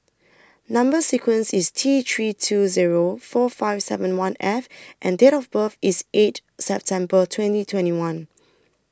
Number sequence IS T three two Zero four five seven one F and Date of birth IS eight September twenty twenty one